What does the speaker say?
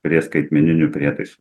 prie skaitmeninių prietaisų